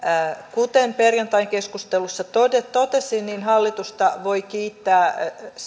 kuten perjantain keskustelussa totesin totesin hallitusta